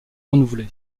renouvelé